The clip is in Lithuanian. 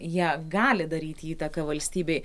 jie gali daryti įtaką valstybei